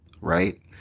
Right